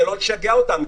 זה לא לשגע אותם.